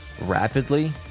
Rapidly